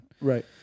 Right